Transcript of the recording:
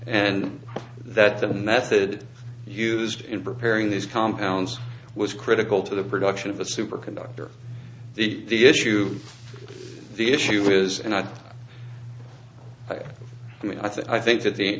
and that the method used in preparing these compounds was critical to the production of a superconductor the issue the issue is and i think i mean i think that the